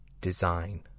design